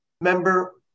Member